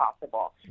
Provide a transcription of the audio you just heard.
possible